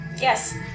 Yes